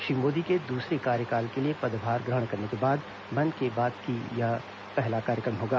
श्री मोदी के दूसरे कार्यकाल के लिए पदभार ग्रहण करने के बाद मन की बात का यह पहला कार्यक्रम होगा